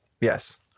Yes